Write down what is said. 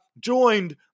joined